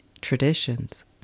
traditions